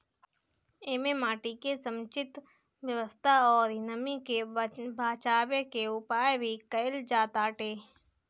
एमे माटी के समुचित व्यवस्था अउरी नमी के बाचावे के उपाय भी कईल जाताटे